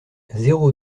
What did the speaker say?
zéro